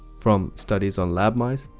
from studies on lab mice,